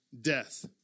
death